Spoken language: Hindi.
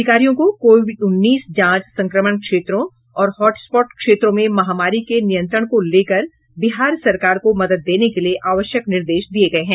अधिकारियों को कोविड उन्नीस जांच संक्रमण क्षेत्रों और हॉटस्पॉट क्षेत्रों में महामारी के नियंत्रण को लेकर बिहार सरकार को मदद देने के लिए आवश्यक निर्देश दिये गये हैं